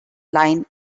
line